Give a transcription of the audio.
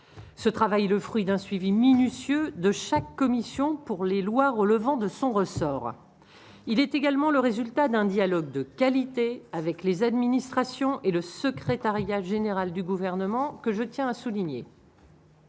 ce travail est le fruit d'un suivi minutieux de chaque commission pour les lois relevant de son ressort, il est également le résultat d'un dialogue de qualité avec les administrations et le secrétariat général du gouvernement, que je tiens à souligner.